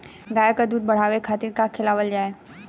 गाय क दूध बढ़ावे खातिन का खेलावल जाय?